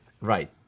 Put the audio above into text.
Right